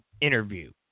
interview